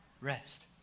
rest